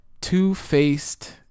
Two-faced